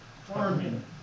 farming